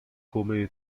come